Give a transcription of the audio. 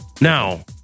Now